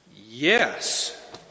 Yes